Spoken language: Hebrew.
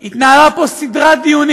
התנהלה פה סדרת דיונים